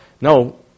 No